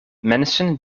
mensen